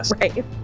Right